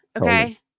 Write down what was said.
okay